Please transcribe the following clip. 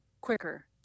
quicker